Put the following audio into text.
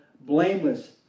blameless